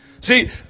See